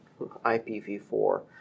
IPv4